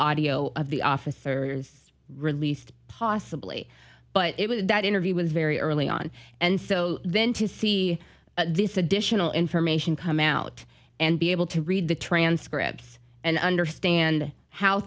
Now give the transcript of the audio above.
audio of the officer released possibly but that interview was very early on and so then to see this additional information come out and be able to read the transcripts and understand how